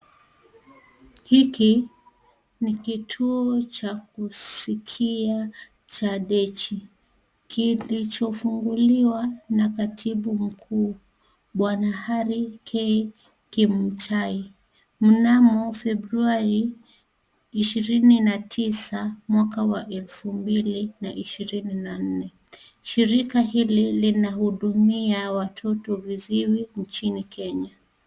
Hiki, ni kituo cha kusikia cha dechi, kilicho funguliwa na waziri mkuu, bwana Harikei , Kimutai, mnamo, februali, ishirini na tisa, mwaka wa elfu mbili ishirini na nne, shirika hili linahudumia watoto visiwi nchini Kenya.